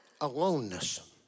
aloneness